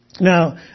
Now